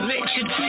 Richard